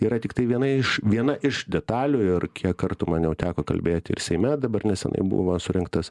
yra tiktai viena iš viena iš detalių ir kiek kartų man jau teko kalbėti ir seime dabar neseniai buvo surengtas